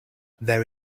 there